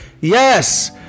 yes